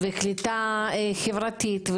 עזרה עם הקליטה החברתית.